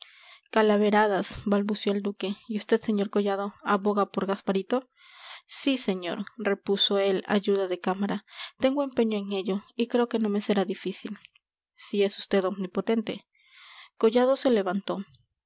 balbució el duque y usted sr collado aboga por gasparito sí señor repuso el ayuda de cámara tengo empeño en ello y creo que no me será difícil si es vd omnipotente collado se levantó